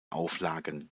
auflagen